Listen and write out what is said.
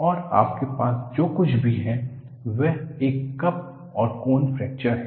और आपके पास जो कुछ भी है वह एक कप और कोन फ्रैक्चर है